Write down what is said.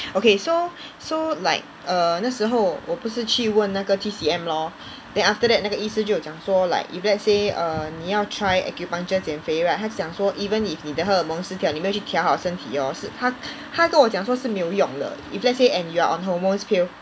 okay so so like err 那时候我不是去问那个 T_C_M lor then after that 那个医生就有讲说 like if let's say err 你要 try acupuncture 减肥 right 他就讲说 even if 你的荷尔蒙失调你没有去调好身体 hor 是他他跟我讲说是没有用的 if let's say and you're on hormones pills